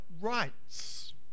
rights